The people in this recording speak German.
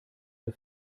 der